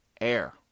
Air